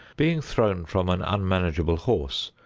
being thrown from an unmanageable horse,